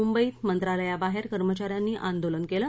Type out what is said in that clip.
मुंबईत मंत्रालयाबाहेर कर्मचा यांनी आंदोलन केलं